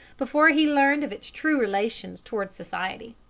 before he learned of its true relations towards society.